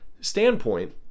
standpoint